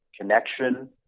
connection